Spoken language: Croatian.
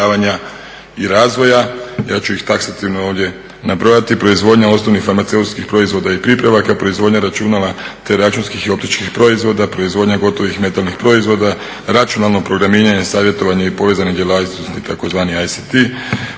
i razvoja. Ja ću ih taksativno ovdje nabrojati: proizvodnja osnovnih farmaceutskih proizvoda i pripravaka, proizvodnja računala te računskih i optičkih proizvoda, proizvodnja gotovih metalnih proizvoda, računalno programiranje, savjetovanje i povezane djelatnosti tzv. ACT,